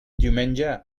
diumenge